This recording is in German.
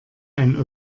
ein